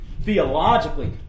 theologically